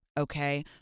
Okay